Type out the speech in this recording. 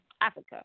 Africa